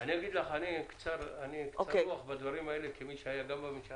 אני קצר רוח בדברים האלה, כמי שהיה גם בממשלה,